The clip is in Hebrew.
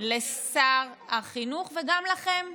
לשר החינוך וגם לכם.